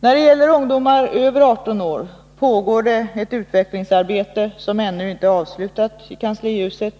När det gäller ungdomar över 18 år pågår det ett utvecklingsarbete som ännu inte är avslutat i kanslihuset.